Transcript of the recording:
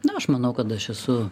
na aš manau kad aš esu